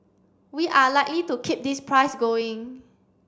we are likely to keep this price going